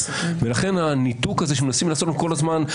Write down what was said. ולכן הניתוק הזה שמנסים לעשות כל הזמן,